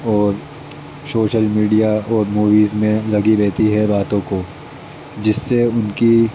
اور social media اور movies میں لگی رہتی ہے راتوں کو جس سے ان کی